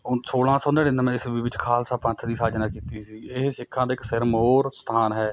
ਸੋਲਾਂ ਸੌ ਨੜਿੱਨਵੇਂ ਈਸਵੀ ਵਿੱਚ ਖਾਲਸਾ ਪੰਥ ਦੀ ਸਾਜਨਾ ਕੀਤੀ ਸੀ ਇਹ ਸਿੱਖਾਂ ਦਾ ਇੱਕ ਸਿਰਮੌਰ ਸਥਾਨ ਹੈ